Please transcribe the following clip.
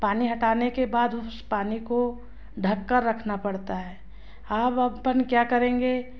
पानी हटाने के बाद उस पानी को ढ़क कर रखना पड़ता है अब अपन क्या करेंगे